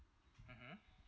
mmhmm